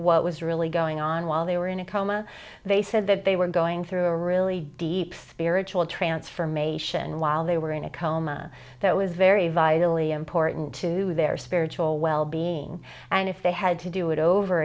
what was really going on while they were in a coma they said that they were going through a really deep spiritual transformation while they were in a coma that was very vitally important to their spiritual wellbeing and if they had to do it over